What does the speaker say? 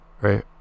right